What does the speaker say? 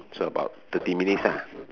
so about thirty minutes ah